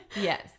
Yes